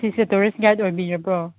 ꯁꯤꯁꯦ tourist guide ꯑꯣꯏꯕꯤꯔꯕꯣ